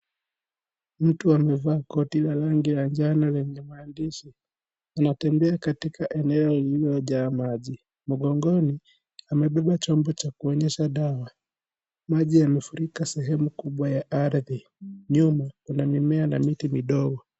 Mtu amevaa koti la rangi ya njano lenye maandishi, anatembea katika eneo lililo jaa maji, mgongoni, amebeba chombo cha kuonyesha dawa, maji yamefurika sehemu kubwa ya ardhi, nyuma, kuna mimea na miti midogo.